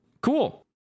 cool